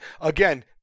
Again